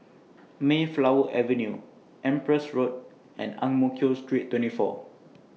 Mayflower Avenue Empress Road and Ang Mo Kio Street twenty four